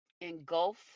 engulf